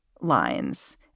lines